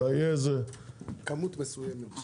אלא תהיה איזו כמות מסוימת.